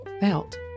felt